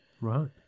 Right